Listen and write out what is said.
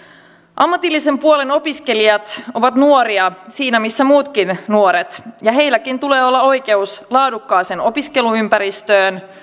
ammatillisen puolen opiskelijat ovat nuoria siinä missä muutkin nuoret ja heilläkin tulee olla oikeus laadukkaaseen opiskeluympäristöön